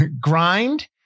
Grind